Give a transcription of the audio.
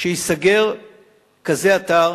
שייסגר כזה אתר?